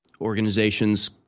organizations